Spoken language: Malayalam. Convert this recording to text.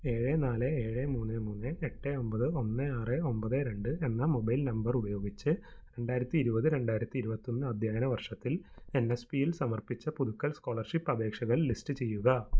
ഏഴ് നാല് ഏഴ് മൂന്ന് മൂന്ന് എട്ട് ഒമ്പത് ഒന്ന് ആറ് ഒമ്പത് രണ്ട് എന്ന മൊബൈൽ നമ്പർ ഉപയോഗിച്ച് രണ്ടായിരത്തി ഇരുപത് രണ്ടായിരത്തി ഇരുപത്തി ഒന്ന് അദ്ധ്യയന വർഷത്തിൽ എൻ എസ് പിയിൽ സമർപ്പിച്ച പുതുക്കൽ സ്കോളർഷിപ്പ് അപേക്ഷകൾ ലിസ്റ്റ് ചെയ്യുക